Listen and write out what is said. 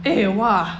eh !wah!